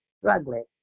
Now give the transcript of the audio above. struggling